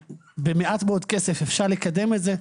במעט מאוד כסף אפשר יהיה לקדם את זה,